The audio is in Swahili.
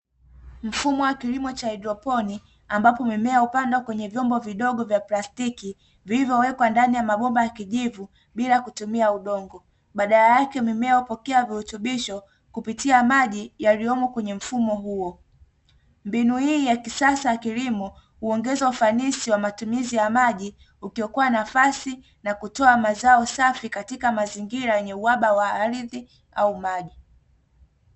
Mfumo wa kilimo cha haidroponi ambapo mimea hupandwa kwenye vyombo vidogo vya plastiki vilivyowekwa ndani ya mabomba ya kijivu bila kutumia udongo, badala yake mimea hupokea virutubishi kupitia maji yaliyomo kwenye mfumo huo. Mbinu hii ya kisasa ya kilimo huongeza ufanisi wa matumizi ya maji ukiokoa nafasi na kutoa mazao safi katika mazingira yenye uhaba wa ardhi au maji.